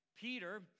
Peter